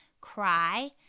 cry